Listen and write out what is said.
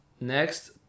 Next